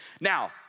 Now